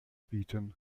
bieten